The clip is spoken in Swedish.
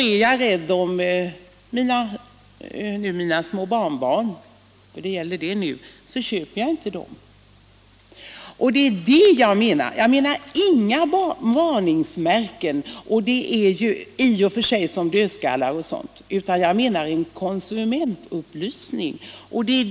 Är jag då rädd om mina små barnbarn, så köper jag inte dessa karameller. Det är liknande information jag avser, och inte varningsmärken i form av dödskallar. Jag talar om en konsumentupplysning,.